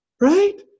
right